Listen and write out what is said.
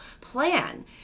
plan